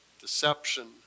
deception